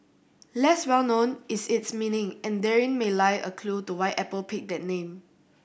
less well known is its meaning and therein may lie a clue to why Apple picked that name